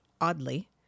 oddly